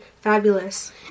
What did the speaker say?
fabulous